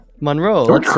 Monroe